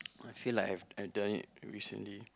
I feel like I've I done it recently